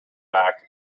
back